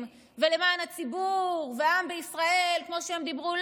למען הציבור ולמען העם בישראל כמו שהם דיברו.